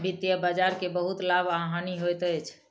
वित्तीय बजार के बहुत लाभ आ हानि होइत अछि